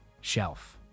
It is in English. shelf